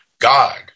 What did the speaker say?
God